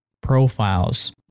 profiles